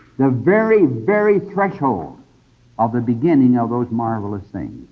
the very, very threshold of the beginning of those marvelous things.